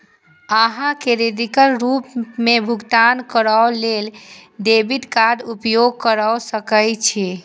अहां क्रेडिटक रूप मे भुगतान करै लेल डेबिट कार्डक उपयोग कैर सकै छी